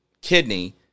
kidney